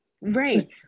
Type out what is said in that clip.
right